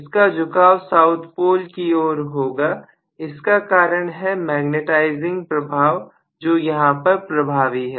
इसका झुकाव south pole की ओर होगा इसका कारण है मैग्नेटाइजिंग प्रभाव जो यहां पर प्रभावी है